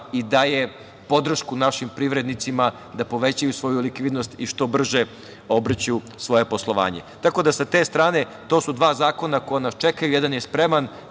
i daje podršku našim privrednicima da povećaju svoju likvidnost i što brže obrću svoje poslovanje. Tako da sa te strane, to su dva zakona koja nas čekaju, jedan je spreman